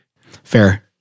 Fair